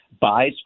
buys